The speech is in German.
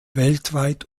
weltweit